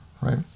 right